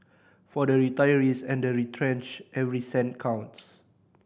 for the retirees and the retrenched every cent counts